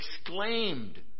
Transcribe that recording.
exclaimed